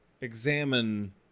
examine